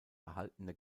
erhaltene